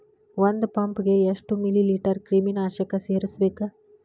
ಒಂದ್ ಪಂಪ್ ಗೆ ಎಷ್ಟ್ ಮಿಲಿ ಲೇಟರ್ ಕ್ರಿಮಿ ನಾಶಕ ಸೇರಸ್ಬೇಕ್?